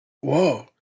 whoa